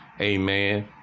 Amen